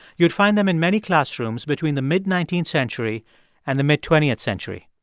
you'd find them in many classrooms between the mid nineteenth century and the mid twentieth century.